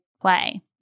play